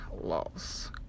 loss